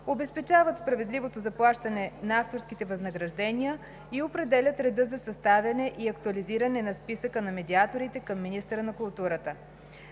обезпечават справедливото заплащане на авторските възнаграждения и определят реда за съставяне и актуализиране на списъка на медиаторите към министъра на културата.